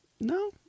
No